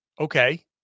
okay